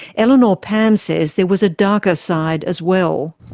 eleanor pam says there was a darker side as well.